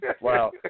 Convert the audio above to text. Wow